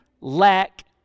lack